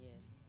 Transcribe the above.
yes